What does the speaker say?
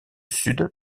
sud